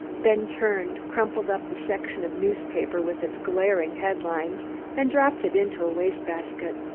then turned, crumpled up the section of newspaper with its glaring head-lines and dropped it into a waste-basket.